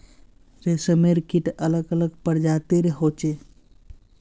रेशमेर कीट अलग अलग प्रजातिर होचे